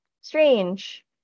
strange